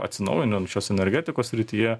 atsinaujinančios energetikos srityje